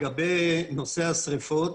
לגבי השריפות.